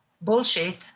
bullshit